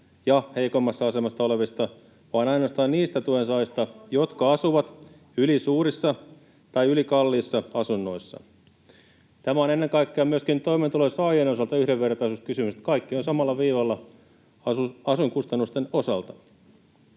ja heikoimmassa asemassa olevista, vaan ainoastaan niistä tuensaajista, jotka asuvat ylisuurissa tai ylikalliissa asunnoissa. Tämä on ennen kaikkea myöskin toimeentulotuen saajien osalta yhdenvertaisuuskysymys, että kaikki ovat samalla viivalla asuinkustannusten osalta.